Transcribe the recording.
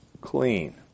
clean